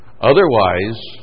Otherwise